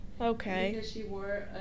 Okay